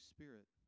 Spirit